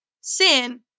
sin